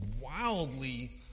...wildly